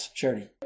Charity